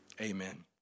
amen